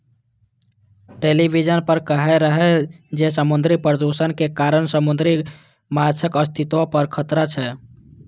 television पर कहै रहै जे समुद्री प्रदूषण के कारण समुद्री माछक अस्तित्व पर खतरा छै